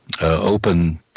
open